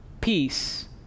Peace